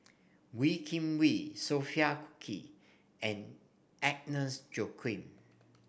Wee Kim Wee Sophia Cooke and Agnes Joaquim